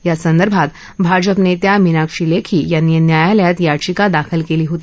या संदर्भात भाजप नख्या मीनाक्षी लखी यांनी न्यायालयात याचिका दाखल कली होती